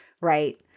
Right